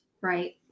Right